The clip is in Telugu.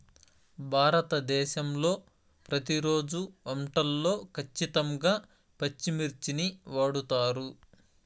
భారతదేశంలో ప్రతిరోజు వంటల్లో ఖచ్చితంగా పచ్చిమిర్చిని వాడుతారు